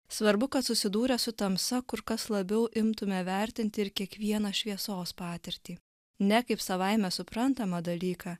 svarbu kad susidūrę su tamsa kur kas labiau imtume vertinti ir kiekvieną šviesos patirtį ne kaip savaime suprantamą dalyką